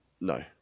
No